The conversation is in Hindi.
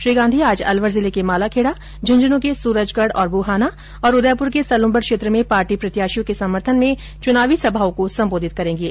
श्री गांधी आज अलवर जिले के मालाखेडा झुंझुन् के सूरजगढ और बुहाना और उदयपुर के सलूम्बर क्षेत्र में पार्टी प्रत्याशियों के समर्थन में चुनावी सभाओं को संबोधित करेंगे